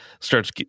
starts